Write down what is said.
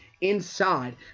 inside